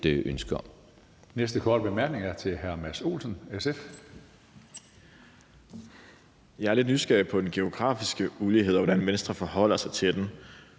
ønske om.